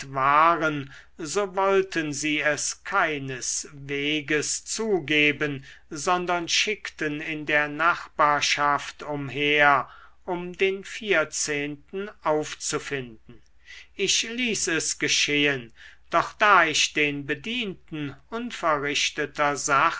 waren so wollten sie es keinesweges zugeben sondern schickten in der nachbarschaft umher um den vierzehnten aufzufinden ich ließ es geschehen doch da ich den bedienten unverrichteter